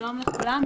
שלום לכולם,